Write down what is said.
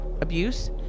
abuse